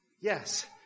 Yes